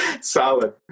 solid